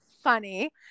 Funny